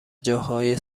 جاهای